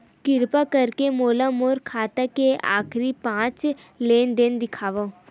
किरपा करके मोला मोर खाता के आखिरी पांच लेन देन देखाव